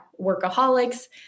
workaholics